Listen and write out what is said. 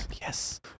Yes